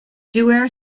duer